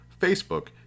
Facebook